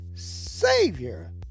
Savior